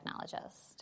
technologist